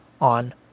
on